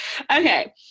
Okay